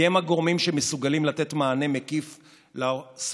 כי הם הגורמים שמסוגלים לתת מענה מקיף לסוגיה.